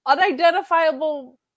unidentifiable